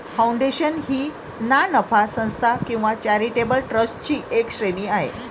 foundation ही ना नफा संस्था किंवा चॅरिटेबल ट्रस्टची एक श्रेणी आहे